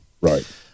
right